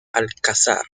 alcázar